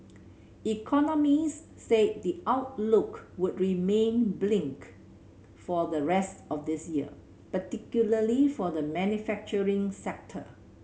economists said the outlook would remain blink for the rest of this year particularly for the manufacturing sector